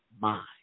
mind